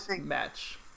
match